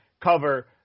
cover